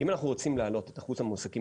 אם אנחנו רוצים להעלות את אחוז המועסקים